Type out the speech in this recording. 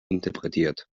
interpretiert